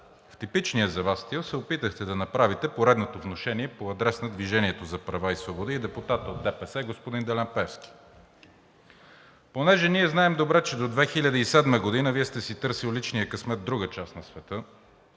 в типичния за Вас стил се опитахте да направите поредното внушение по адрес на „Движение за права и свободи“ и депутата от ДПС господин Делян Пеевски. Понеже ние знаем добре, че до 2007 г. Вие сте си търсили личния късмет в друга част на света,